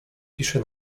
pisze